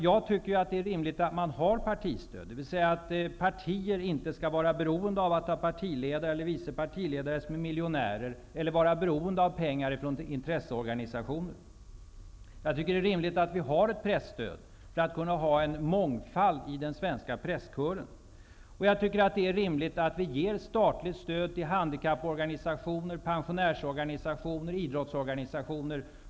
Jag tycker att det är rimligt att man har ett partistöd. Partier skall inte vara beroende av att ha partiledare eller vice partiledare som är miljonärer eller vara beroende av pengar från intresseorganisationer. Jag tycker att det är rimligt att vi har ett presstöd för att kunna ha en mångfald i den svenska presskören. Det är rimligt att vi ger statligt stöd till handikapporganisationer, pensionärsorganisationer och idrottsorganisationer.